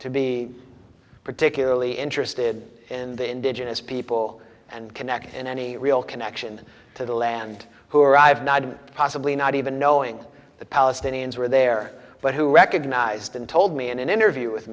to be particularly interested in the indigenous people and connect in any real connection to the land who arrive not possibly not even knowing the palestinians were there but who recognized and told me in an interview with